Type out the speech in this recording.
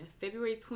February